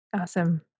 Awesome